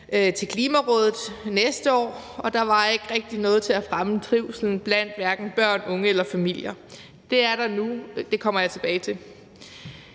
af Klimarådet næste år, og der var ikke rigtig afsat noget til at fremme trivslen hverken blandt børn, unge eller familier. Det er der nu, og det kommer jeg tilbage til.